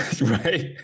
Right